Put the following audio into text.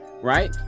right